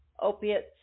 opiates